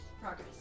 Progress